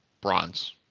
bronze